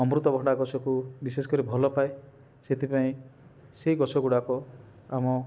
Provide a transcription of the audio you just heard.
ଅମୃତଭଣ୍ଡା ଗଛକୁ ବିଶେଷକରି ଭଲପାଏ ସେଥିପାଇଁ ସେଇ ଗଛଗୁଡ଼ାକ ଆମ